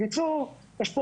בקיצור יש פה